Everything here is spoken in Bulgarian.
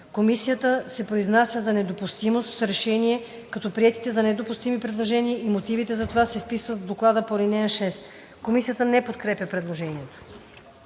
„Комисията се произнася за недопустимост с решение, като приетите за недопустими предложения и мотивите за това се вписват в доклада по ал. 6.“ Комисията не подкрепя предложението.